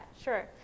sure